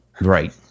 Right